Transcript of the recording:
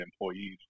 employees